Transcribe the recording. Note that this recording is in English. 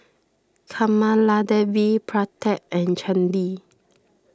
Kamaladevi Pratap and Chandi